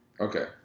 Okay